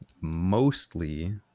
mostly